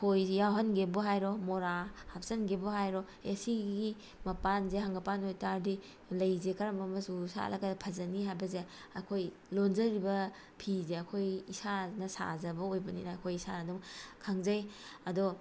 ꯈꯣꯏꯁꯦ ꯌꯥꯎꯍꯟꯒꯦꯕꯨ ꯍꯥꯏꯔꯣ ꯃꯣꯔꯥ ꯍꯥꯞꯆꯤꯟꯒꯦꯕꯨ ꯍꯥꯏꯔꯣ ꯑꯦ ꯁꯤꯒꯤ ꯃꯄꯥꯟꯁꯦ ꯍꯪꯒꯝꯄꯥꯟ ꯑꯣꯏꯇꯥꯔꯗꯤ ꯂꯩꯁꯦ ꯀꯔꯝꯕ ꯃꯆꯨ ꯁꯥꯠꯂꯒ ꯐꯖꯅꯤ ꯍꯥꯏꯕꯁꯦ ꯑꯩꯈꯣꯏ ꯂꯣꯟꯖꯔꯤꯕ ꯐꯤꯁꯦ ꯑꯩꯈꯣꯏ ꯏꯁꯥꯅ ꯁꯥꯖꯕ ꯑꯣꯏꯕꯅꯤꯅ ꯑꯩꯈꯣꯏ ꯏꯁꯥꯅ ꯑꯗꯨꯝ ꯈꯪꯖꯩ ꯑꯗꯣ